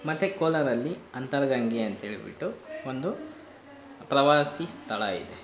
ಮತ್ತು ಕೋಲಾರಲ್ಲಿ ಅಂತರಗಂಗೆ ಅಂತ ಹೇಳಿಬಿಟ್ಟು ಒಂದು ಪ್ರವಾಸಿ ಸ್ಥಳ ಇದೆ